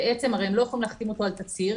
הרי הן לא יכולות להחתים אותו על תצהיר,